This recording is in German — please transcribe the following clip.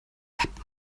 app